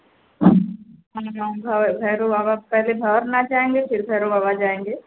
हाँ हाँ भै भैरो बाबा पहले भवरनाथ जाएँगे फिर भैरो बाबा जाएँगे